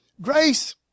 grace